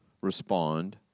respond